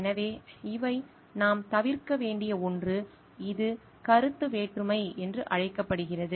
எனவே இவை நாம் தவிர்க்க வேண்டிய ஒன்று இது கருத்து வேற்றுமை என்று அழைக்கப்படுகிறது